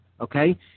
okay